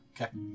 Okay